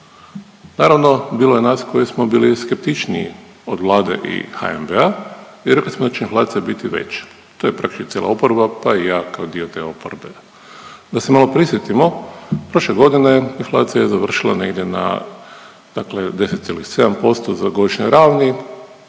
Naravno, bilo je nas koji smo bili skeptičniji od Vlade i HNB-a i rekli smo da će inflacija biti veća. To je .../Govornik se ne razumije./... cijela oporba pa i ja kao dio te oporbe. Da se malo prisjetimo, prošle godine inflacija je završila negdje na dakle 10,7% za godišnje